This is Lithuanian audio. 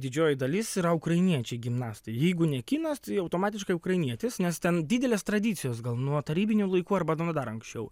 didžioji dalis yra ukrainiečiai gimnastai jeigu ne kinas tai automatiškai ukrainietis nes ten didelės tradicijos gal nuo tarybinių laikų arba dar anksčiau